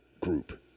group